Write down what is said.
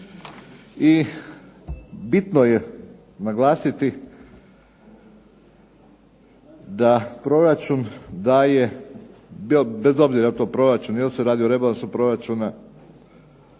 i bitno je naglasiti da proračun daje, bez obzira je li to proračun, je li se radi o rebalansu proračuna,